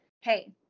hey